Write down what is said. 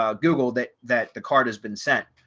um google that that the card has been sent.